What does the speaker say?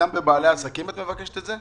גם מבעלי עסקים את מבקשת את זה?